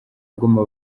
goma